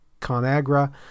ConAgra